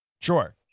Sure